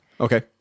Okay